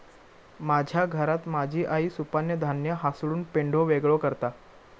माझ्या घरात माझी आई सुपानं धान्य हासडून पेंढो वेगळो करता